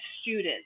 students